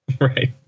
right